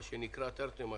מה שנקרא תרתי משמע.